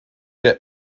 der